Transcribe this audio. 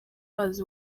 baza